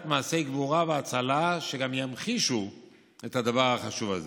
מעשי גבורה והצלה שגם ימחישו את הדבר החשוב הזה.